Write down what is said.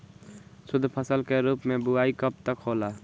शुद्धफसल के रूप में बुआई कब तक होला?